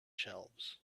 shelves